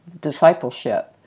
discipleship